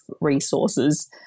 resources